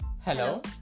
hello